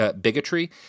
bigotry